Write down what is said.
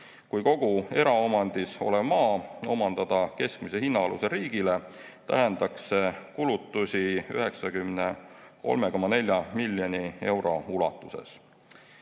Kui kogu eraomandis olev maa omandada keskmise hinna alusel riigile, tähendaks see kulutusi 93,4 miljoni euro ulatuses.